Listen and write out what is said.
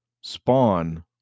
spawn